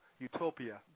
Utopia